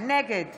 נגד